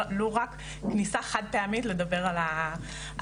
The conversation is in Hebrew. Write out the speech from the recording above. ולא רק כניסה חד פעמית לדבר על העבירות.